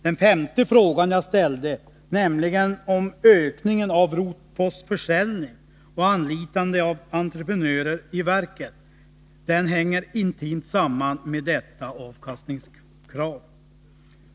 Den femte fråga jag ställde, nämligen om ökningen av rotpostförsäljning och anlitande av entreprenörer i verket, hänger intimt samman med detta avkastningskrav.